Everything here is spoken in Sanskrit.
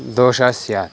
दोषः स्यात्